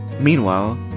meanwhile